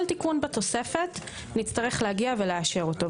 כל תיקון בתוספת נצטרך להגיע ולאשר אותו,